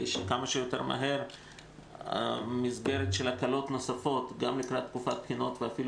שכמה שיותר מהר המסגרת של הקלות נוספות גם לקראת תקופת בחינות ואפילו